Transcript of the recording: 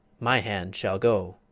my hand shall go.